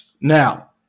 Now